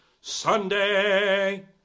Sunday